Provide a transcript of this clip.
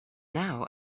now